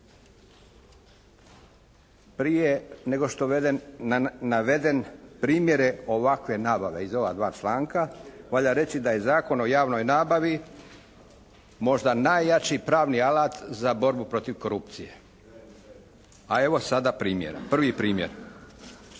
Prije nego što navedem primjere ovakve nabave iz ova dva članka valjda reći da je Zakon o javnoj nabavi možda najjači pravni alat za borbu protiv korupcije, a evo sada primjera. Prvi primjer